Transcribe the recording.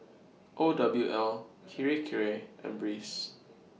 O W L Kirei Kirei and Breeze